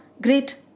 great